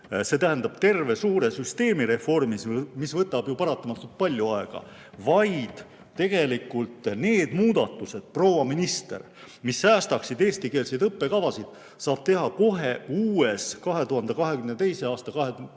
see tähendab terve suure süsteemi reformis, mis võtab ju paratamatult palju aega. Tegelikult need muudatused, proua minister, mis säästaksid eestikeelseid õppekavasid, saaks teha kohe uues, aastate